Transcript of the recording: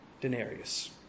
denarius